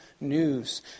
news